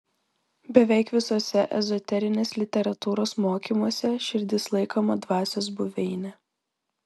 beveik visuose ezoterinės literatūros mokymuose širdis laikoma dvasios buveine